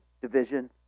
division